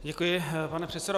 Děkuji, pane předsedo.